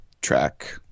track